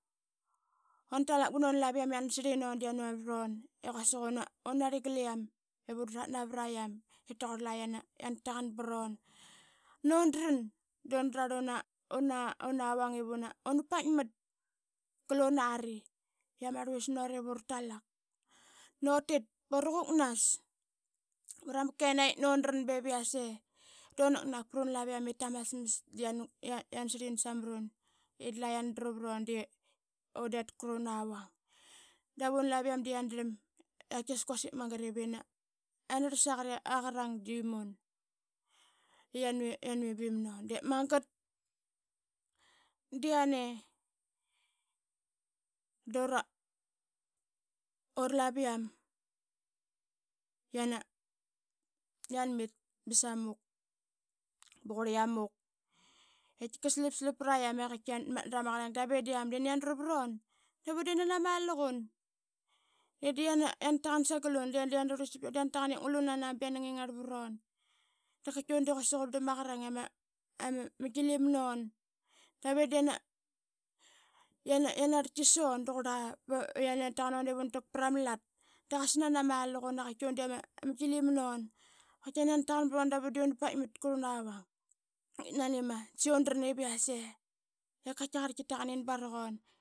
Ba nani unlaviam yana srlin un da yana viprun i quasik una narli galiam ip undrat navra i dapqurl la yana taqan prun. Nanu dran dunrarl una, una una vang ip una paitmat gal unari i ama rluvis nut ip uratalak. Nanu tit bura quknas mrama kenaqi ip nanu dran biase duna knak pnina laviam ip tama smas da yana gu srlin samrun i dla yan druvum de undit knun avang. Davun laviam da yandrlam i qaikias quasik magat ip yan rarlas aqarang daimun i yana vimbim nun. De magat da yane dura ura laviam yana, yanmit ba samuk ba qurliam muk i qatikika slap slap praiami qaitki yan tmatna rama qalain i nani yadru vran davun de ama laqun. I da yana taqan sagal un de da yan rurlistait prun da yan taqan ip ngulu nania ba yana ngingarl vrun. Da qaitki un de ama gilim nun tave de yana rlatki sun duqurla ba nani yana taqan ip untak prama lat de qasa nani ama laqun i qaitki un de ama gilim nun ba qaitki nani yana taqan brun dap un paitmat prunavang. Ip nani ma da sagi urdran ip yase ip qaitkaqarl tki taqanin baraqun.